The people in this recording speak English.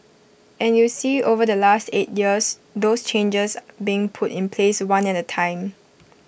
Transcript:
and you see over the last eight years those changes being put in place one at A time